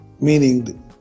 meaning